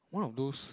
one of those